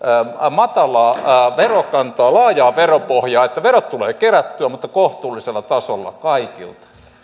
matalaa verokantaa laajaa veropohjaa että verot tulevat kerättyä mutta kohtuullisella tasolla kaikilta